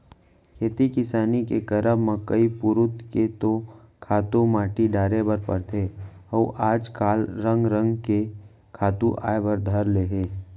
खेती किसानी के करब म कई पुरूत के तो खातू माटी डारे बर परथे अउ आज काल रंग रंग के खातू आय बर धर ले हे